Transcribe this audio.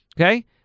okay